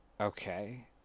Okay